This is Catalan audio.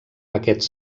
aquests